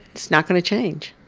it's not going to change.